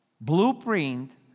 blueprint